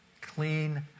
Clean